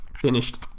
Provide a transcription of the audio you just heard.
Finished